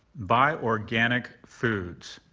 buy organic foods.